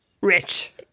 rich